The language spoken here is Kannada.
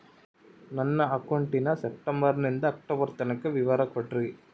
ನನ್ನ ಅಕೌಂಟಿನ ಸೆಪ್ಟೆಂಬರನಿಂದ ಅಕ್ಟೋಬರ್ ತನಕ ವಿವರ ಕೊಡ್ರಿ?